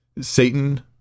Satan